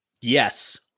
yes